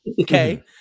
okay